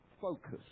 focus